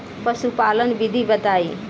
पशुपालन विधि बताई?